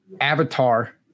avatar